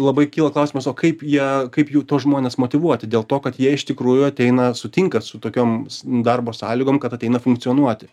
labai kyla klausimas o kaip ją kaip jų tuos žmones motyvuoti dėl to kad jie iš tikrųjų ateina sutinka su tokioms darbo sąlygom kad ateina funkcionuoti